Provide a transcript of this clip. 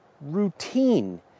routine